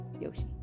Yoshi